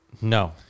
No